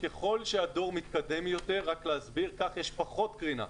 ככל שהדור מתקדם יותר, כך יש פחות קרינה.